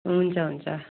हुन्छ हुन्छ